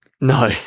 No